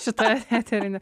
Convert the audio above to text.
šito etery